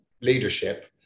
leadership